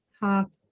half